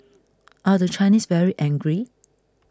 are the Chinese very angry